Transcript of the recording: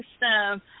system